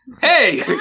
Hey